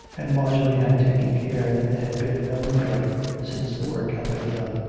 and marjorie had taken care that there had been no neglect since the work had been done.